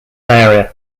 area